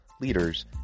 leaders